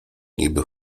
niby